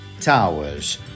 Towers